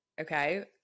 okay